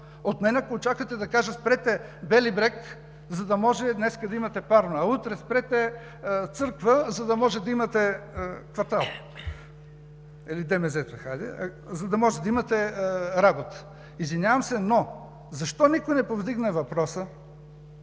От мен, ако очаквате да кажа спрете в Бели брег, за да може днес да имате парно, а утре спрете в Църква, за да може да имате в ДМЗ-то, за да имате работа. Извинявам се, но защо никой не повдигна въпроса,